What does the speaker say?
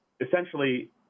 essentially